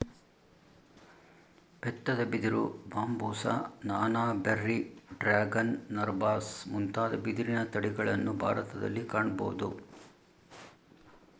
ಬೆತ್ತದ ಬಿದಿರು, ಬಾಂಬುಸ, ನಾನಾ, ಬೆರ್ರಿ, ಡ್ರ್ಯಾಗನ್, ನರ್ಬಾಸ್ ಮುಂತಾದ ಬಿದಿರಿನ ತಳಿಗಳನ್ನು ಭಾರತದಲ್ಲಿ ಕಾಣಬೋದು